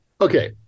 okay